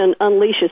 unleashes